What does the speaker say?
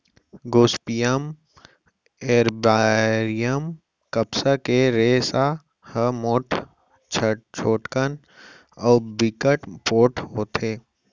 Gossypium arboreum कपसा के रेसा ह मोठ, छोटकन अउ बिकट पोठ होथे